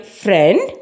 friend